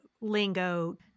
lingo